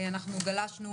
גלשנו